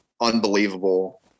unbelievable